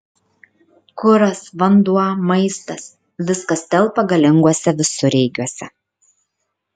kuras vanduo maistas viskas telpa galinguose visureigiuose